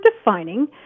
defining